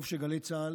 טוב שגלי צה"ל,